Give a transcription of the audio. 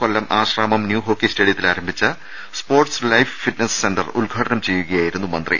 കൊല്ലം Ashramam new hockey സ്റ്റേഡിയത്തിൽ ആരംഭിച്ച sports life fitness centre ഉദ്ഘാടനം ചെയ്യുകയായിരുന്നു മന്ത്രി